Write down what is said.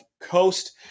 Coast